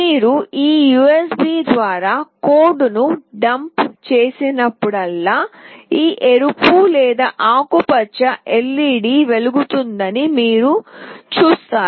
మీరు ఈ USB ద్వారా కోడ్ను డంప్ చేసినప్పుడల్లా ఈ ఎరుపు ఆకుపచ్చ LED వెలిగిపోతుందని మీరు చూస్తారు